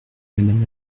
madame